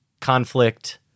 conflict